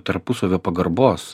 tarpusavio pagarbos